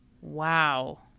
Wow